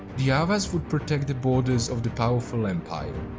the avars would protect the borders of the powerful empire.